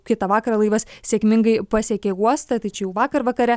kitą vakarą laivas sėkmingai pasiekė uostą tai čia jau vakar vakare